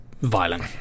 violent